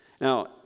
Now